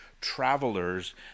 travelers